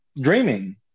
dreaming